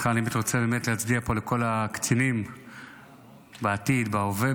תחילה אני באמת רוצה להצדיע פה לכל הקצינים בעתיד ובהווה,